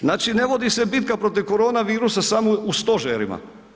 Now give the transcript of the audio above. Znači ne vodi se bitka protiv koronavirusa samo u stožerima.